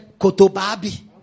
Kotobabi